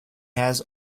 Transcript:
has